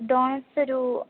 doughnuts ഒരു